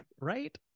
Right